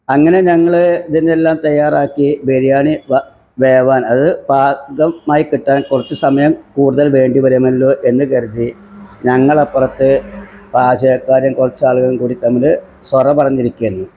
അങ്ങനെ ഞങ്ങൾ ഇതിൻ്റെ എല്ലാം തയ്യാറാക്കി ബിരിയാണി വേവാൻ അത് പാകമായി കിട്ടാൻ കുറച്ച് സമയം കൂടുതൽ വേണ്ടി വരുമല്ലോ എന്ന് കരുതി ഞങ്ങൾ അപ്പുറത്ത് പാചകക്കാരും കുറച്ച് ആളുകളും കൂടി തമ്മിൽ സൊറ പറഞ്ഞിരിക്കുകയായിരുന്നു